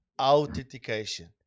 authentication